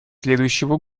следующего